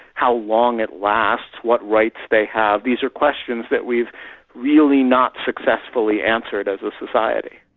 how long it lasts, what rights they have? these are questions that we've really not successfully answered as a society.